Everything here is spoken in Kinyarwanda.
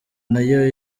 nayo